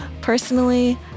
Personally